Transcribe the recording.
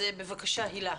הילה, בבקשה.